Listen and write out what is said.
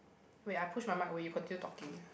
wait I push my mic away you got continue talking ah